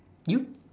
you